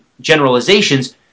generalizations